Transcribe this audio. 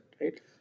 right